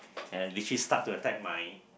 and literally start to attack my